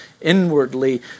inwardly